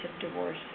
divorce